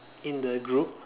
in the group